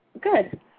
Good